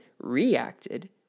reacted